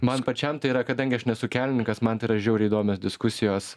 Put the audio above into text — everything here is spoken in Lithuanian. man pačiam tai yra kadangi aš nesu kelininkas man tai yra žiauriai įdomios diskusijos